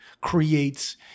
creates